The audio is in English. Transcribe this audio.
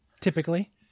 Typically